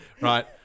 Right